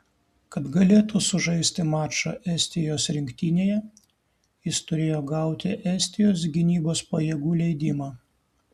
kad galėtų sužaisti mačą estijos rinktinėje jis turėjo gauti estijos gynybos pajėgų leidimą